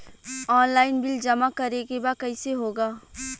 Online bill जमा करे के बा कईसे होगा?